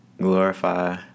glorify